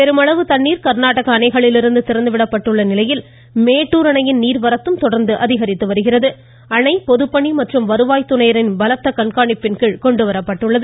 பெரும்ளவு தண்ணீர் கா்நாடக அணைகளிலிருந்து திறந்து விடப்பட்டுள்ள நிலையில் மேட்டுர் அணைக்கு நீர்வரத்து தொடா்ந்து அதிகாித்து வருவதால் அணை பொதுப்பணி மற்றும் வருவாய் துறையினரின் பலத்த கண்காணிப்பின் கீழ் கொண்டு வரப்பட்டுள்ளது